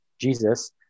Jesus